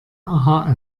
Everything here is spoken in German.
aha